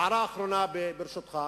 הערה אחרונה, ברשותך,